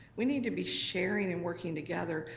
we need to be sharing and working together.